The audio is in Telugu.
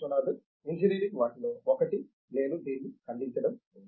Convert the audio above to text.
విశ్వనాథన్ ఇంజనీరింగ్ వాటిలో ఒకటి నేను దీన్ని ఖండించడం లేదు